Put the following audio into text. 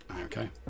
Okay